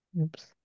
Oops